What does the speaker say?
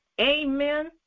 amen